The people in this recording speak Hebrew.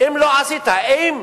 אם לא עשית, האם